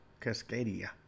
Cascadia